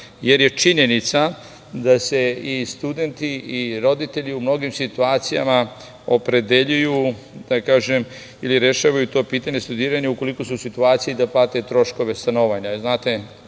jer je činjenica da se i studenti i roditelji u mnogim situacijama opredeljuju ili rešavaju to pitanje studiranja ukoliko su u situaciji da plate troškove stanovanja.